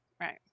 Right